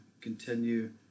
continue